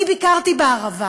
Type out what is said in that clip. אני ביקרתי בערבה